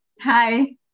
Hi